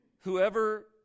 whoever